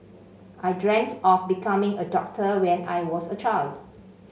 I dreamt of becoming a doctor when I was a child